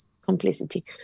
complicity